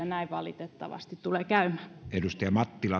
näin valitettavasti tulee käymään